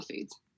foods